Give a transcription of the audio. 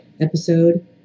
episode